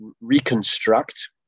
reconstruct